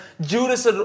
Judas